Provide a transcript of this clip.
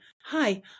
hi